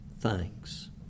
thanks